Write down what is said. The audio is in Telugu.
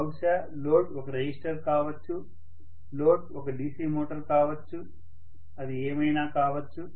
బహుశా లోడ్ ఒక రెసిస్టర్ కావచ్చు లోడ్ ఒక DC మోటారు కావచ్చు అది ఏమైనా కావచ్చు